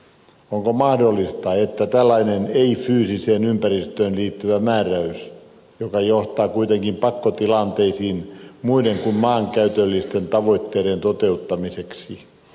onko mahdollista että tällaiseen ei fyysiseen ympäristöön liitetään määräys joka johtaa kuitenkin pakkotilanteisiin muiden kuin maankäytöllisten tavoitteiden toteuttamiseksi